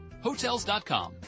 Hotels.com